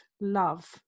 love